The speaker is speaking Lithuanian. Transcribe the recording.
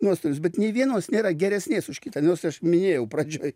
nuostolis bet nei vienos nėra geresnės už kitą nors aš minėjau pradžioj